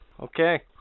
Okay